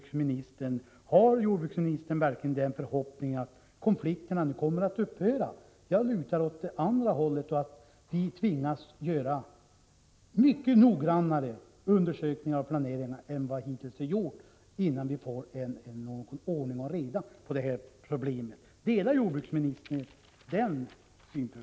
Hyser jordbruksministern verkligen förhoppningen att konflikterna kommer att upphöra? Jag lutar åt det andra hållet, att vi tvingas göra mycket noggrannare undersökningar och en bättre planering än vad som hittills har gjorts, innan vi får någon ordning och reda på problemet. Vilken bedömning gör jordbruksministern?